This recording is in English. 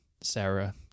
sarah